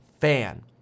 fan